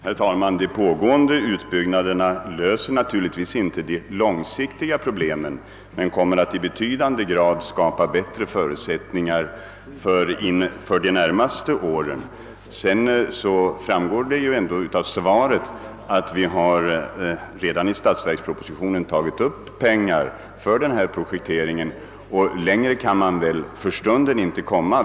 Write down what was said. Herr talman! De pågående utbyggnaderna löser naturligtvis inte de långsik tiga problemen, men de kommer att i betydande grad skapa bättre förutsättningar för de närmaste åren. Vidare framgår det ju ändå av svaret att vi i statsverkspropositionen har beräknat medel för den projektering det här gäller, och längre kan man väl för stunden inte komma.